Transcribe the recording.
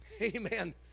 Amen